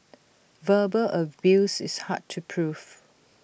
verbal abuse is hard to proof